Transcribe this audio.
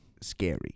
scary